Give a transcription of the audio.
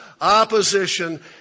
opposition